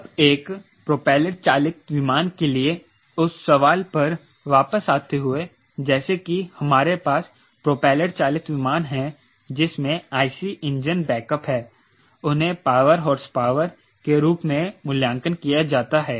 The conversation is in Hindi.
अब एक प्रोपेलर चालित विमान के लिए उस सवाल पर वापस आते हुए जैसे कि हमारे पास प्रोपेलर चालित विमान हैं जिसमें IC इंजन बैक अप है उन्हें पावर हॉर्सपावर के रूप में मूल्यांकन किया जाता है